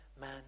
man